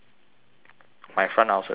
my front ulcer recovered already